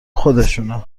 خودشونه